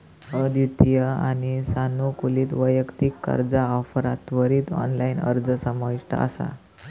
अद्वितीय आणि सानुकूलित वैयक्तिक कर्जा ऑफरात त्वरित ऑनलाइन अर्ज समाविष्ट असा